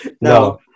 No